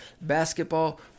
basketball